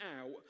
out